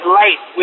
light